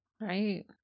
Right